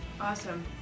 Awesome